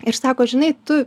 ir sako žinai tu